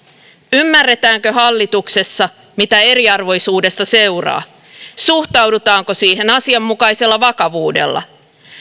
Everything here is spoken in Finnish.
ymmärretäänkö hallituksessa mitä eriarvoisuudesta seuraa suhtaudutaanko siihen asianmukaisella vakavuudella